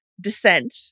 descent